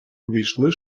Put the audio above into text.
увійшли